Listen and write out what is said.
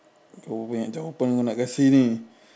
berapa banyak jawapan kau nak kasi ini